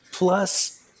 Plus